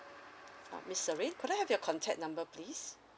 orh miss serene could I have your contact number please